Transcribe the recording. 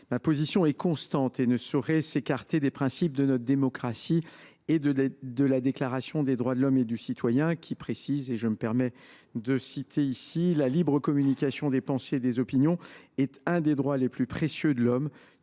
ma position est constante et ne saurait s’écarter des principes de notre démocratie et de la Déclaration des droits de l’homme et du citoyen, dont l’article 11 dispose :« La libre communication des pensées et des opinions est un des droits les plus précieux de l’homme :